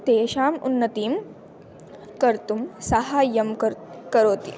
तेषाम् उन्नतिं कर्तुं सहायं कर् करोति